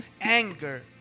anger